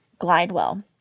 Glidewell